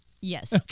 yes